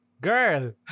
girl